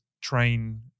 train